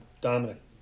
Dominic